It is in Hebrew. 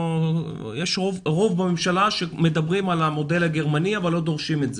יש רוב בממשלה שמדברים על המודל הגרמני אבל לא דורשים את זה.